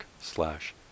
slash